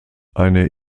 eine